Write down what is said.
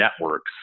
networks